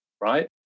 right